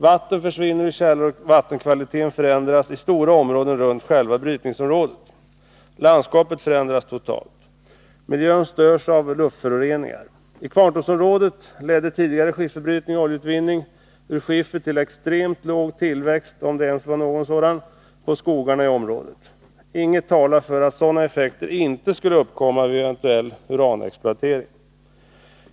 Vatten försvinner ur källor, och vattenkvaliteten förändras i stora områden runt själva brytningsområdet. Landskapet förändras totalt. Miljön störs av luftföroreningar. I Kvarntorpsområdet ledde tidigare skifferbrytning och oljeutvinning ur skiffer till extremt låg tillväxt — om ens någon — på skogarna i området. Inget talar för att sådana effekter inte skulle uppkomma vid eventuell uranexploatering.